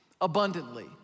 abundantly